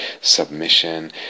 submission